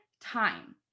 time